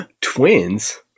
Twins